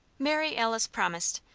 mary alice promised,